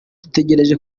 dutegereje